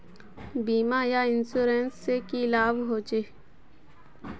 बीमा या इंश्योरेंस से की लाभ होचे?